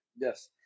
Yes